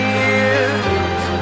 years